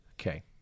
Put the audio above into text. Okay